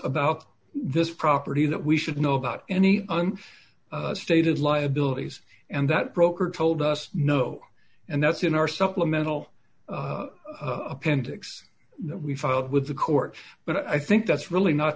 about this property that we should know about any and stated liabilities and that broker told us no and that's in our supplemental appendix that we filed with the court but i think that's really not